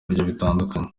bitandukanye